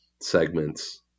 segments